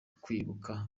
kwibuka